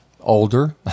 older